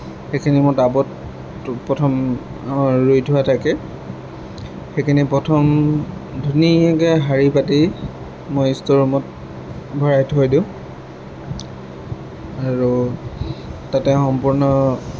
সেইখিনি মোৰ টাবত প্ৰথম ৰুই থোৱা থাকে সেইখিনি প্ৰথম ধুনীয়াকৈ শাৰী পাতি মই ষ্ট'ৰ ৰুমত ভৰাই থৈ দিওঁ আৰু তাতে সম্পূৰ্ণ